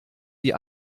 die